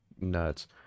nuts